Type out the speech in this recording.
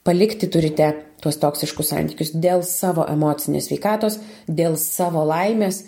palikti turite tuos toksiškus santykius dėl savo emocinės sveikatos dėl savo laimės